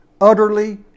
utterly